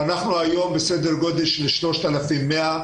היום אנחנו בסדר גודל של 3,100,